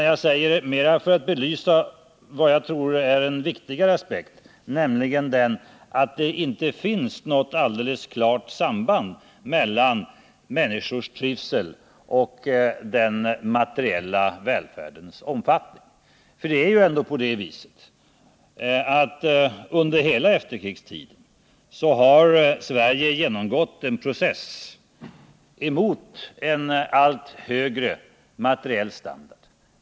Jag säger det mera för att belysa vad jag tror är en viktigare aspekt, nämligen att det inte finns något alldeles klart samband mellan människors trivsel och den materiella välfärdens omfattning. Det är ändå på det sättet att Sverige under hela efterkrigstiden genomgått en process emot en allt högre materiell standard.